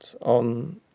on